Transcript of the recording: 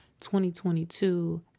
2022